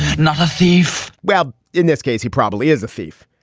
not a thief well, in this case, he probably is a thief.